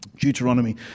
Deuteronomy